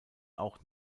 auch